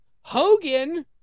Hogan